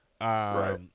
Right